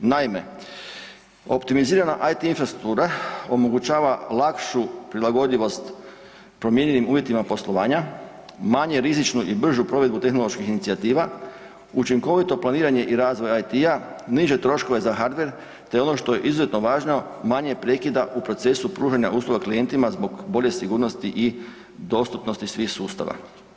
Naime, optimizirana IT infrastruktura omogućava lakšu prilagodljivost promijenjenim uvjetima poslovanja, manje rizičnu i bržu provedbu tehnoloških inicijativa, učinkovito planiranje i razvoj IT, niže troškove za Hardver te ono što je izuzetno važno manje prekida u procesu pružanja usluga klijentima zbog bolje sigurnosti i dostupnosti svih sustava.